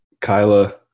Kyla